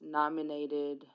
nominated